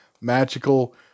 magical